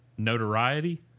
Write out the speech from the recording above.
Notoriety